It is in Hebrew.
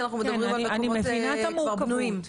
אני מבינה את המורכבות.